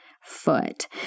foot